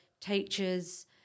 teachers